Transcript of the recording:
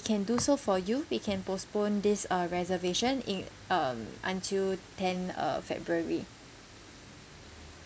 can do so for you we can postpone this uh reservation in um until ten uh february